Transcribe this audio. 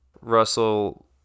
Russell